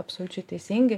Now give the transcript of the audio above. absoliučiai teisingi